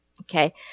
Okay